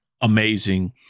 amazing